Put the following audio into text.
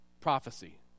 prophecy